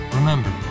Remember